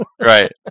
Right